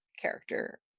character